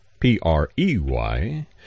P-R-E-Y